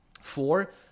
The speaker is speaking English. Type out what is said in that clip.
four